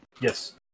Yes